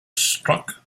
struck